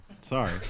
Sorry